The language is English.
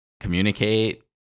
communicate